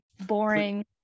boring